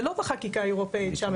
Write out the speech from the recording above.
זה לא בחקיקה האירופית שם.